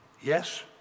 Yes